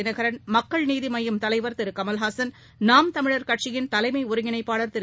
தினகரன் மக்கள் நீதி மய்யத் தலைவர் திரு கமல்ஹாசன் நாம் தமிழர் கட்சியின் தலைமை ஒருங்கிணைப்பாளர் திரு